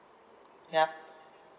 ya